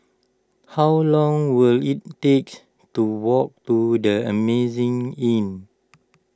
how long will it take to walk to the Amazing Inn